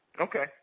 Okay